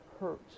hurt